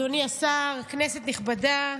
אדוני השר, כנסת נכבדה,